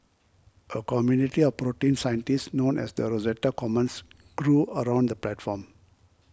a community of protein scientists known as the Rosetta Commons grew around the platform